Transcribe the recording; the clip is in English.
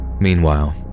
Meanwhile